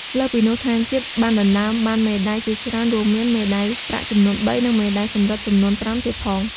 លើសពីនោះថែមទាំងបានដណ្ដើមបានមេដាយជាច្រើនរួមមាន មេដាយប្រាក់ចំនួន ៣ និងមេដាយសំរឹទ្ធចំនួន ៥ទៀតផង។